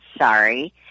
Sorry